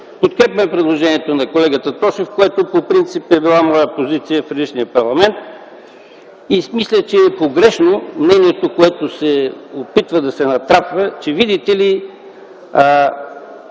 Подкрепям предложението на колегата Тошев, което по принцип е била моя позиция и в предишния парламент. Мисля, че е погрешно мнението, което се опитва да се натрапва, че, видите ли,